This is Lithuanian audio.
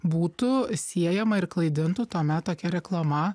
būtų siejama ir klaidintų tuomet tokia reklama